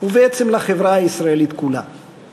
שבו יובאו להכרעתה סוגיית השוויון